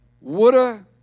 Woulda